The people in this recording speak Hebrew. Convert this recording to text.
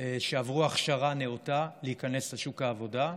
שעברו הכשרה נאותה, להיכנס לשוק העבודה,